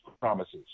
promises